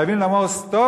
חייבים לומר "סטופ",